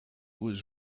was